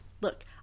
look